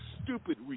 Stupid